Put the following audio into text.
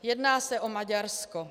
Jedná se o Maďarsko.